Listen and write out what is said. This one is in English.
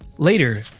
later,